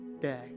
day